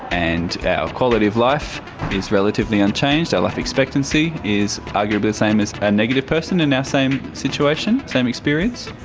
and our quality of life is relatively unchanged, our life expectancy is arguably the same as a negative person in our same situation, same experience.